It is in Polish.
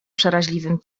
przeraźliwym